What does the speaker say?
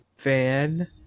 Fan